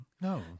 No